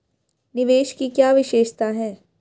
निवेश की क्या विशेषता है?